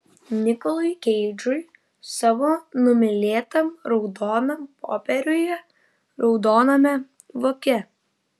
nikolui keidžui savo numylėtam raudonam popieriuje raudoname voke